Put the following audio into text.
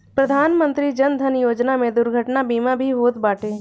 प्रधानमंत्री जन धन योजना में दुर्घटना बीमा भी होत बाटे